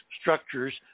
structures